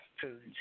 foods